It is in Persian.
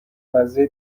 مزه